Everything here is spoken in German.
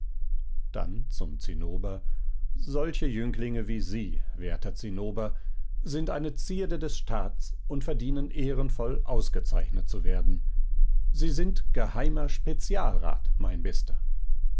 dann zum zinnober solche jünglinge wie sie werter zinnober sind eine zierde des staats und verdienen ehrenvoll ausgezeichnet zu werden sie sind geheimer spezialrat mein bester